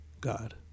God